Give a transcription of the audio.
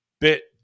bit